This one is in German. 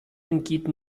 entgeht